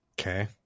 Okay